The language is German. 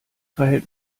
verhält